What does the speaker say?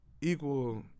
equal